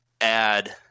add